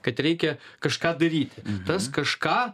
kad reikia kažką daryti tas kažką